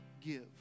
give